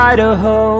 Idaho